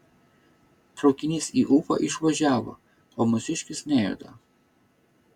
traukinys į ufą išvažiavo o mūsiškis nejuda